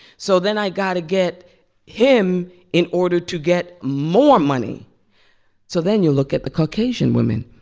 so then i've got to get him in order to get more money so then you look at the caucasian women.